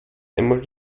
einmal